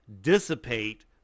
dissipate